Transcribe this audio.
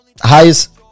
highest